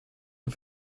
een